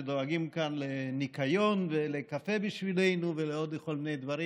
שדואגים כאן לניקיון ולקפה בשבילנו ולעוד כל מיני דברים.